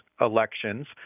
elections